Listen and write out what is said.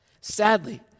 Sadly